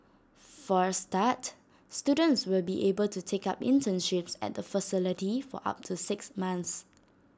for A start students will be able to take up internships at the facility for up to six months